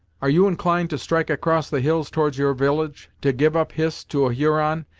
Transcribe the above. are you inclined to strike across the hills towards your village, to give up hist to a huron,